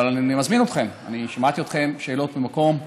אבל אני מזמין אתכם, שמעתי אתכם, שאלות ממקום.